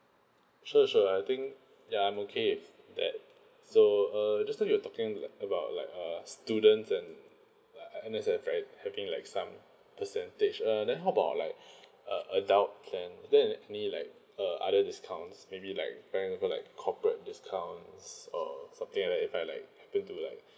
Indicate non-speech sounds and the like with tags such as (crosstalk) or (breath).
sure sure I think ya I'm okay if that so uh just now you're talking about like err students and uh uh and there's have right having like some percentage err then how about like (breath) uh adult plan is there any any like uh other discounts maybe like paying for like corporate discounts or something like if I like happen to like